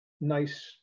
nice